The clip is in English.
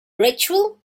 ritual